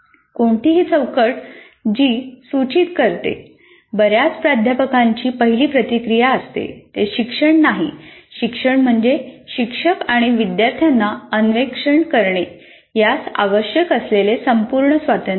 कोणतीही चौकट जी सूचित करते बर्याच प्राध्यापकांची पहिली प्रतिक्रिया असते ते शिक्षण नाही शिक्षण म्हणजे शिक्षक आणि विद्यार्थ्यांना अन्वेषण करणे यास आवश्यक असलेले संपूर्ण स्वातंत्र्य